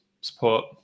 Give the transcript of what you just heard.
support